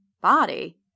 Body